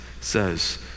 says